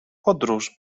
podróż